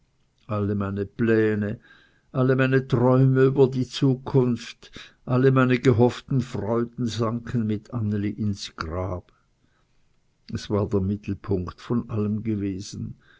alle meine pläne alle meine träume über die zukunft alle meine gehofften freuden sanken mit anneli ins grab es war der mittelpunkt von allem gewesen